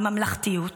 הממלכתיות,